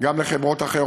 גם לחברות אחרות.